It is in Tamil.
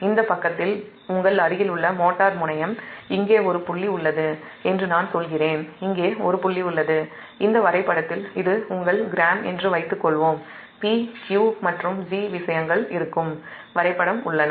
இந்த பக்கத்தில் உங்கள் அருகிலுள்ள மோட்டார் முனையம் இங்கே ஒரு புள்ளி உள்ளது என்று நான் சொல்கிறேன் இங்கே ஒரு புள்ளி உள்ளது இந்த வரைபடத்தில் இது உங்கள் கிராம் என்று வைத்துக்கொள்வோம் p q மற்றும் g விஷயங்கள் இருக்கும் வரைபடம் உள்ளன